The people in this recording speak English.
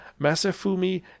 Masafumi